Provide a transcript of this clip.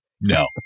No